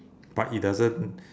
but it doesn't